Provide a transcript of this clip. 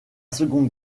seconde